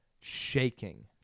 shaking